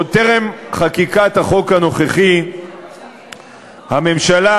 עוד טרם חקיקת החוק הנוכחי הביאה הממשלה